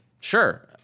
sure—